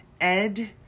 Ed